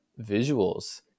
visuals